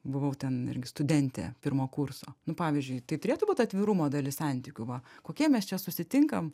buvau ten irgi studentė pirmo kurso pavyzdžiui tai turėtų būt atvirumo dalis santykių va kokie mes čia susitinkam